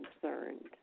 concerned